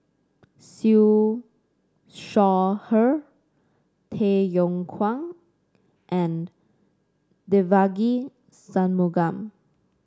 Siew Shaw Her Tay Yong Kwang and Devagi Sanmugam